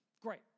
Great